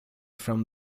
from